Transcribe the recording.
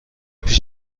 پیش